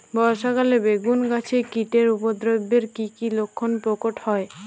বর্ষা কালে বেগুন গাছে কীটের উপদ্রবে এর কী কী লক্ষণ প্রকট হয়?